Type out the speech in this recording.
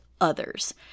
others